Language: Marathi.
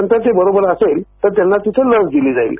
आणि ते बरोबर असेल तर त्यांना तिथे लस दिली जाईल